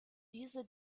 diese